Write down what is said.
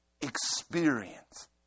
experience